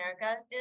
America